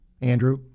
Andrew